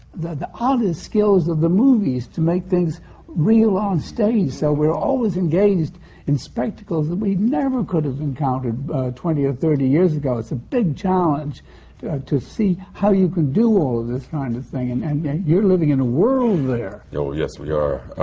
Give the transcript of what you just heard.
oddest skills of the movies to make things real on stage. so we're always engaged in spectacles that we never could have encountered twenty or thirty years ago. it's a big challenge to see how you can do all of this kind of thing and and you're living in a world there. oh, yes, we are,